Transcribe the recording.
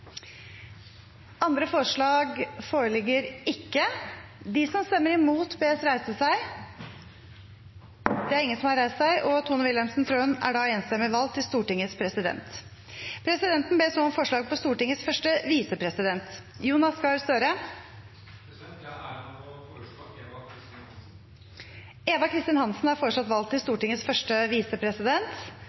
Andre forslag foreligger ikke. Presidenten ber så om forslag på Stortingets første visepresident . Det er en glede å foreslå Eva Kristin Hansen . Eva Kristin Hansen er foreslått valgt til Stortingets første visepresident. – Andre forslag